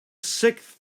sixth